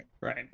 Right